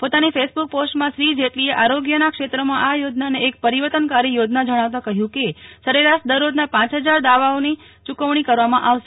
પોતાની ફેસબુક પોસ્ટમાં શ્રી જેટલીએ આરોગ્યના ક્ષેત્રમાં આ યોજનાને એક પરિવર્તનકારી યોજના જણાવતાં કહ્યું કે સરેરાશ દરરોજના પાંચ હજાર દાવાઓની ચૂકવણી કરવામાં આવશે